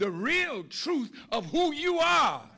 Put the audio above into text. the real truth of who you are